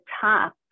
top